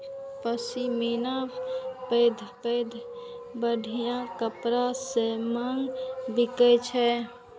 पश्मीना पैघ पैघ ब्रांडक कपड़ा सं महग बिकै छै